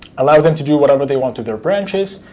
allow them to do whatever they want to their branches.